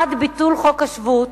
1. ביטול חוק השבות,